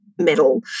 metal